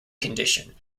condition